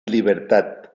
libertad